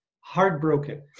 heartbroken